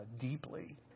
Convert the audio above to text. deeply